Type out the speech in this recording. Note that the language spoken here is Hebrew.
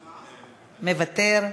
מוותר,